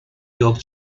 york